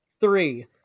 three